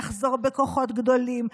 נחזור בכוחות גדולים,